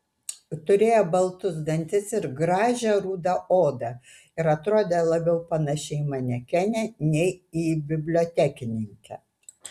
turėjo baltus dantis ir gražią rudą odą ir atrodė labiau panaši į manekenę nei į bibliotekininkę